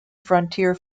frontier